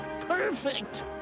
Perfect